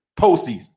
postseason